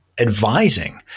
advising